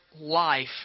life